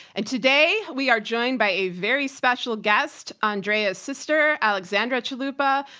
and today we are joined by a very special guest andrea's sister, alexandra chalupa,